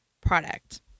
product